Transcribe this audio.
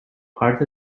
part